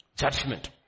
Judgment